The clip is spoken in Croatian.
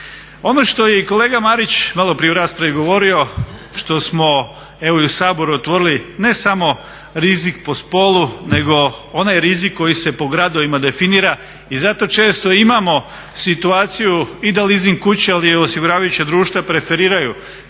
Ono što je i kolega Marić maloprije u raspravi govorio, što smo evo i u Saboru otvorili ne samo rizik po spolu, nego onaj rizik koji se po gradovima definira i zato često imamo situaciju i da leasing kuće ali i osiguravajuća društva preferiraju